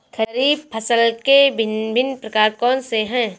खरीब फसल के भिन भिन प्रकार कौन से हैं?